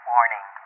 Warning